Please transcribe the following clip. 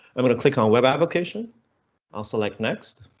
i'm going to click on web application i'll select next.